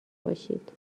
باشید